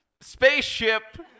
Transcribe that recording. spaceship